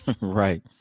Right